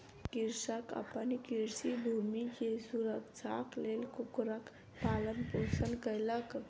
कृषक अपन कृषि भूमि के सुरक्षाक लेल कुक्कुरक पालन पोषण कयलक